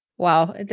wow